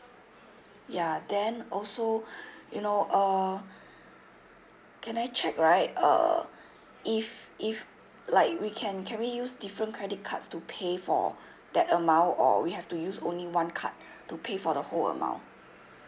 ya then also you know uh can I check right uh if if like we can can we use different credit cards to pay for that amount or we have to use only one card to pay for the whole amount